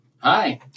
Hi